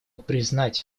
признать